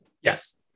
Yes